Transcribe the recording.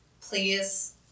please